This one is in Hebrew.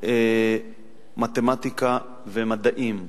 מתמטיקה ומדעים.